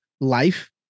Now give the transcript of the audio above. life